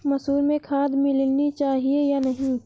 मसूर में खाद मिलनी चाहिए या नहीं?